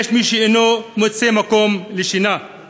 יש מי שאינו מוצא מקום לשינה /